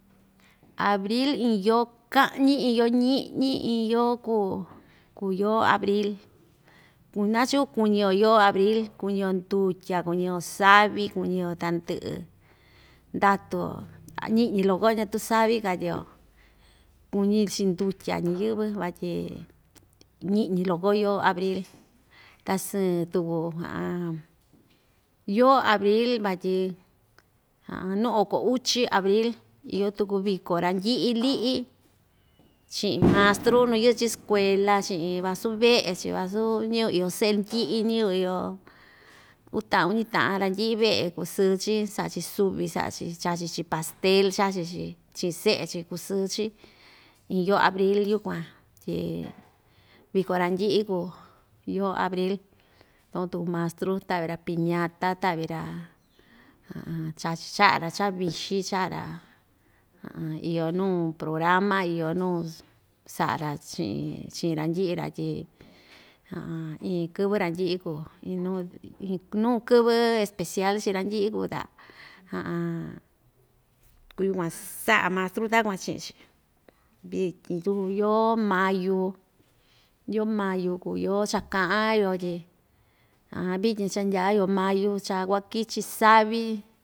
Abril iin yoo kaꞌñi iin yoo ñiꞌñi iin yoo kuu kuvi yoo abril kuu nachu kuñi‑yo yo abril kuñi‑yo ndutya kuñi‑yo savi kuñi‑yo tandɨꞌɨ ndatu‑yo ñiꞌñi loko ñatuu savi katyi‑yo kuñi‑chi ndutya ñiyɨ́vɨ́ vatyi ñiꞌñi loko yoo abril ta sɨɨn tuku yoo abril van tyi nuu oko uchi abril iyo tuku viko randɨꞌɨ liꞌi chiꞌin mastru nuu yɨꞌɨ‑chi skuela chiꞌin vasu veꞌe‑chi vasu ñiyɨvɨ iyo seꞌe ndɨꞌɨ ñiyɨvɨ iyo uu taꞌan uñi taꞌan randɨꞌɨ veꞌe kusɨɨ‑chi saꞌa‑chi suvi saꞌa‑chi chachi‑chi pastel chachi‑chi chiꞌin seꞌe‑chi kusɨɨ‑chi iin yoo abril yukuan tyi viko randɨꞌɨ kuu yoo abril takuan tuku mastru taꞌvi‑ra piñata taꞌvi‑ra chachi chaꞌa‑ra cha vixi chaꞌa‑ra iyo nuu programa iyo nuu ss saꞌa‑ra chiꞌin chii randɨꞌɨ‑ra tyi iin kɨvɨ randɨꞌɨ kuu iin nuu ii nuu kɨvɨ especial chii randɨꞌɨ kuu ta yukuan saꞌa mastru takuan chiꞌi‑chi vityin tyuku yoo mayu yoo mayu kuu yoo cha kaꞌa‑yo tyi vityin cha ndyaa‑yo mayu cha kuakɨ‑chi savi.